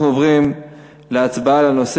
אנחנו עוברים להצבעה על העברת